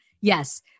Yes